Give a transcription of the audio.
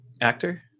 actor